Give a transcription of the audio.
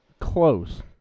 Close